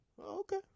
okay